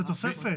זאת תוספת.